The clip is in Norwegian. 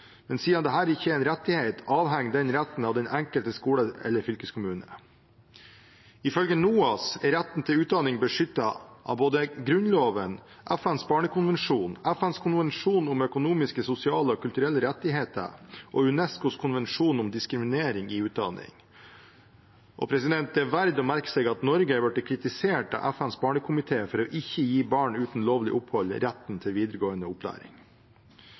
men siden dette ikke er en rettighet, avhenger den retten av den enkelte skole eller fylkeskommune. Ifølge NOAS er retten til utdanning beskyttet av både Grunnloven, FNs barnekonvensjon, FNs konvensjon om økonomiske, sosiale og kulturelle rettigheter og UNESCOs konvensjon mot diskriminering i undervisning. Det er verdt å merke seg at Norge har blitt kritisert av FNs barnekomité for ikke å gi barn uten lovlig opphold rett til videregående opplæring.